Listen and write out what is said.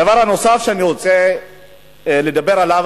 הדבר הנוסף שאני רוצה לדבר עליו הוא